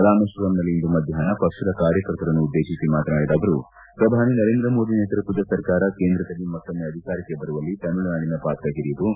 ರಾಮೇಶ್ವರಂನಲ್ಲಿ ಇಂದು ಮಧ್ಯಾಹ್ನ ಪಕ್ಷದ ಕಾರ್ಯಕರ್ತರನ್ನುದ್ದೇಶಿಸಿ ಮಾತನಾಡಿದ ಅವರು ಪ್ರಧಾನಿ ನರೇಂದ್ರ ಮೋದಿ ನೇತೃತ್ವದ ಸರ್ಕಾರ ಕೇಂದ್ರದಲ್ಲಿ ಮತ್ತೊಮ್ನೆ ಅಧಿಕಾರಕ್ಕೆ ಬರುವಲ್ಲಿ ತಮಿಳುನಾಡಿನ ಪಾತ್ರ ಹಿರಿದು